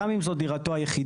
גם אם זו דירתו היחידה,